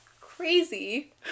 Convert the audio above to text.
crazy